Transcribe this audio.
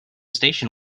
station